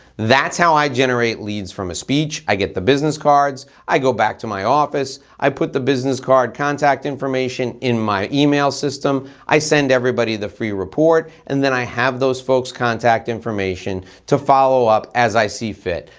that's how i generate leads from a speech. i get the business cards, i go back to my office, i put the business card contact information in my email system. i send everybody the free report and then i have those folks' contact information to follow up as i see fit.